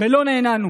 ולא נענינו.